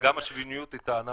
וגם השוויוניות היא טענה